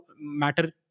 matter